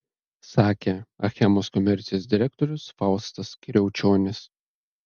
sakė achemos komercijos direktorius faustas kriaučionis